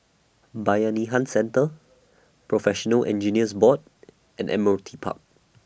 Bayanihan Centre Professional Engineers Board and Admiralty Park